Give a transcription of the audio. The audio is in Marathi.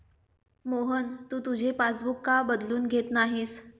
मोहन, तू तुझे पासबुक का बदलून घेत नाहीस?